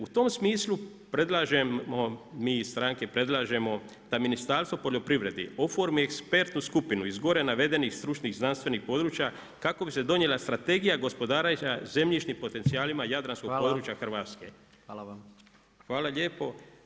U tom smislu predlažemo, mi iz stranke predlažemo da Ministarstvo poljoprivrede oforme ekspertnu skupinu iz gore navedenih stručnih, znanstvenih područja kako bi se donijela Strategija gospodarenja zemljišnim potencijalima jadranskog područja Hrvatske [[Upadica predsjednik: Hvala.]] Hvala lijepo.